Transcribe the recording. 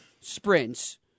sprints